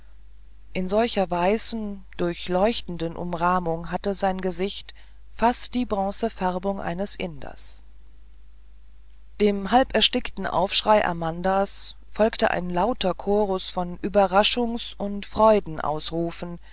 in solcher weißen durchleuchteten umrahmung hatte sein gesicht fast die bronzefärbung eines inders dem halberstickten aufschrei amandas folgte ein lauter chorus von überraschungs und